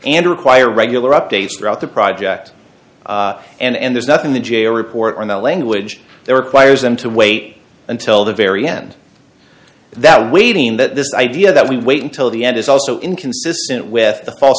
and require regular updates throughout the project and there's nothing the g a o report on the language they require them to wait until the very end that waiting that this idea that we wait until the end is also inconsistent with the fa